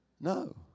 No